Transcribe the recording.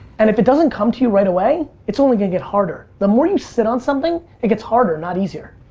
and if it doesn't come to you right away, it's only gonna get harder the more you sit on something, it gets harder, not easier.